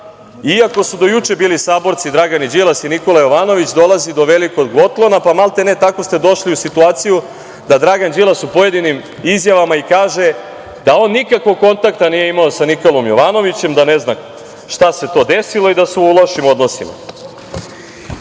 Iako su do juče bili saborci Dragan Đilas i Nikola Jovanović, dolazi do velikog otklona, pa maltene tako ste došli u situaciju da Dragan Đilas u pojedinim izjavama i kaže da on nikakvog kontakta nije imao sa Nikolom Jovanovićem, da ne zna šta se to desilo i da su u lošim odnosima. Ubrzo